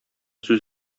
сүз